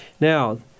Now